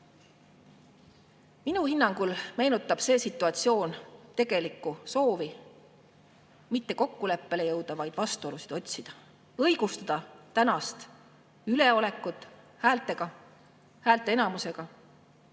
Minu hinnangul meenutab see situatsioon tegelikku soovi mitte kokkuleppele jõuda, vaid vastuolusid otsida, õigustada tänast üleolekut häälteenamusega.